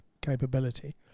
capability